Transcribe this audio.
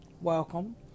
welcome